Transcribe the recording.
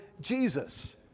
Jesus